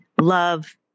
love